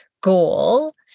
goal